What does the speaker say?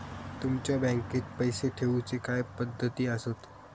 तुमच्या बँकेत पैसे ठेऊचे काय पद्धती आसत?